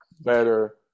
better